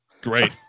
Great